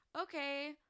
okay